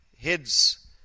heads